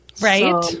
Right